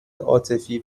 عاطفی